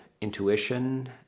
intuition